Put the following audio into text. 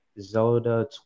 Zelda